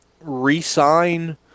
re-sign